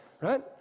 right